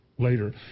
Later